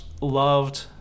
loved